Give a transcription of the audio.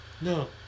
No